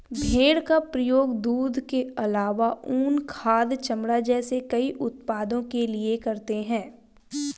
भेड़ का प्रयोग दूध के आलावा ऊन, खाद, चमड़ा जैसे कई उत्पादों के लिए करते है